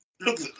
Look